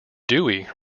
dewey